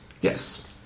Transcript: Yes